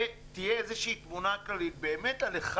תהיה איזו שהיא תמונה כללית באמת על אחד